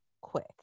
quick